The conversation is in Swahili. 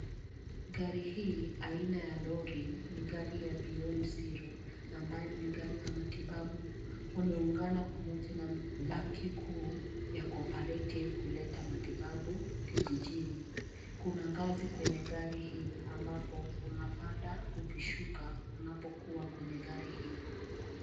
Gari hii aina ya lori ni gari ya Beyond Zero ambayo ni gari ya matibabu. Wameungana pamoja banki kuu ya Cooperative kuleta matibabu kijijini. Kuna ngazi kwenye gari hii, ambapo unapanda ukishuka unapokuwa kwenye gari hii.